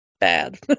Bad